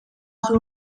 oso